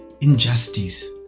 injustice